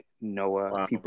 Noah